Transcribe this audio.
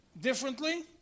differently